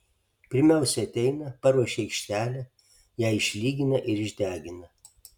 pirmiausia ateina paruošia aikštelę ją išlygina ir išdegina